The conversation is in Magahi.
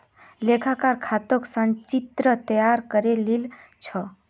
लेखाकार खातर संचित्र तैयार करे लील छ